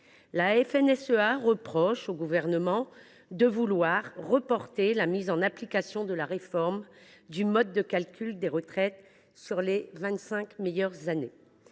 (FNSEA) reproche au Gouvernement de vouloir reporter la mise en application de la réforme du mode de calcul des retraites sur les vingt cinq meilleures années.